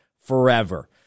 forever